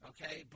Okay